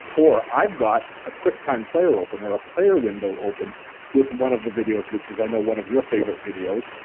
or, i've got a quicktime player opener or a player window open with one of the videos, which is i know is one of your favorite videos,